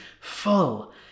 full